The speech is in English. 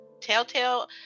Telltale